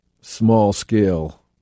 small-scale